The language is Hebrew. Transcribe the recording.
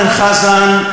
אורן חזן,